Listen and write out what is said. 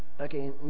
Okay